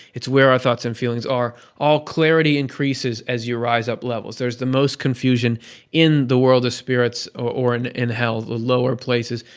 it's where our thoughts and feelings are all clarity increases as you rise up in levels. there's the most confusion in the world of spirits, or or and in hell, the lower places,